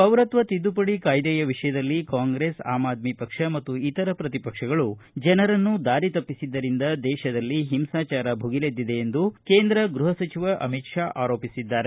ಪೌರತ್ವ ತಿದ್ದುಪಡಿ ಕಾಯ್ದೆಯ ವಿಷಯದಲ್ಲಿ ಕಾಂಗ್ರೆಸ್ ಆಮ್ ಆದ್ಮಿ ಪಕ್ಷ ಮತ್ತು ಇತರ ಪ್ರತಿಪಕ್ಷಗಳು ಜನರನ್ನು ದಾರಿ ತಪ್ಪಿಸಿದ್ದರಿಂದ ದೇತದಲ್ಲಿ ಹಿಂಸಾಚಾರ ಭುಗಿಲೆದ್ದಿದೆ ಎಂದು ಕೇಂದ್ರ ಗೃಹ ಸಚಿವ ಅಮಿತ್ ಶಾ ಆರೋಪಿಸಿದ್ದಾರೆ